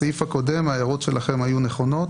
בסעיף הקודם ההערות שלכם היו נכונות,